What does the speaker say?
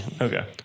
Okay